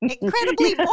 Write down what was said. incredibly